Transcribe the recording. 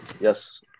Yes